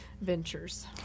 ventures